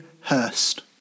Hurst